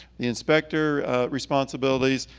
the inspector responsibilities,